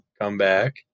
comeback